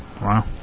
Wow